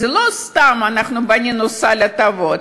זה לא סתם שבנינו סל הטבות.